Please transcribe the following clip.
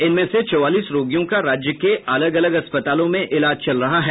इनमें से चौवालीस रोगियों का राज्य के अलग अलग अस्पतालों में इलाज चल रहा है